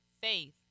faith